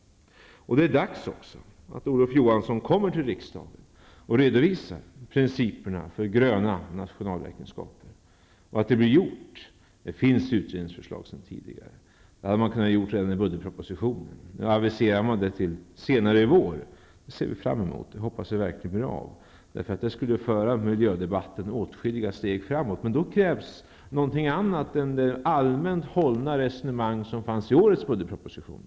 Det är också dags att Olof Johansson kommer till riksdagen och redovisar principerna för gröna nationalräkenskaper och att han ser till att de blir genomförda. Det finns utredningsförslag sedan tidigare. Det hade man kunnat göra redan i budgetpropositionen. Nu aviserar man det till senare i vår. Det ser vi fram emot. Jag hoppas verkligen att det blir av. Det skulle föra miljödebatten åtskilliga steg framåt. Men då krävs också någonting annat än det allmänt hållna resonemang som fanns i årets budgetproposition.